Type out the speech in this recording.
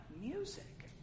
music